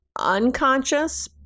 unconscious